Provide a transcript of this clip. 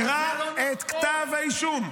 קרא את כתב האישום.